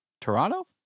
toronto